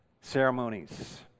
ceremonies